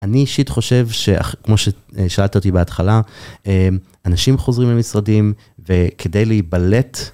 אני אישית חושב שכמו ששאלת אותי בהתחלה אנשים חוזרים למשרדים וכדי להיבלט